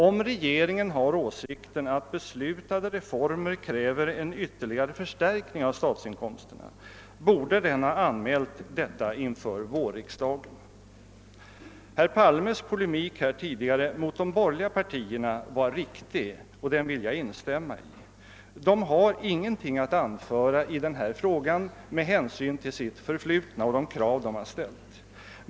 Om regeringen har åsikten att beslutade reformer kräver en ytterligare förstärkning av statsinkomsterna, borde den ha anmält detta inför vårriksdagen. Herr Palmes polemik i dag mot de borgerliga partierna var riktig, och den vill jag instämma i. De har ingenting att anföra i denna fråga med hänsyn till sitt förflutna och de krav som de har ställt.